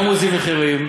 גם מוזיל מחירים.